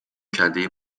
کلهی